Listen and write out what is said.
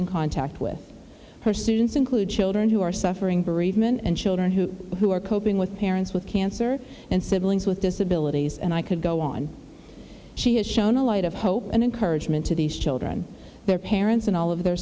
in contact with her students include children who are suffering bereavement and children who who are coping with parents with cancer and siblings with disabilities and i could go on she has shone a light of hope and encouragement to these children their parents and all of their